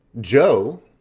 Joe